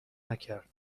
نکرد